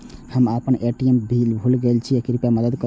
हम आपन ATM pin भूल गईल छी, कृपया मदद करू